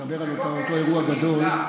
אני מדבר על אותו אירוע גדול,